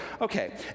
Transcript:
okay